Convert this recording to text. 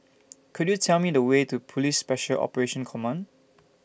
Could YOU Tell Me The Way to Police Special Operations Command